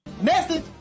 Message